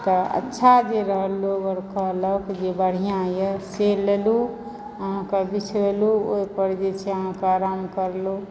तऽ अच्छा जे रहल लोग आर कहलक जे बढ़िया येए से लेलूँ अहाँकऽ बिछेलू ओइपर जे छै अहाँकऽ आराम करलू